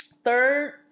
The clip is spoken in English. third